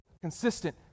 Consistent